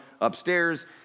upstairs